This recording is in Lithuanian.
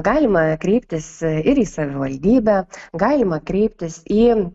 galima kreiptis ir į savivaldybę galima kreiptis į